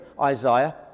Isaiah